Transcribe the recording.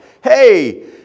hey